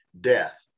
death